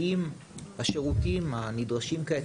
האם השירותים הנדרשים כעת,